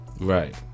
Right